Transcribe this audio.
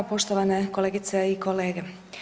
Poštovane kolegice i kolege.